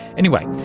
anyway,